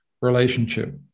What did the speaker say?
relationship